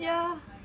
ya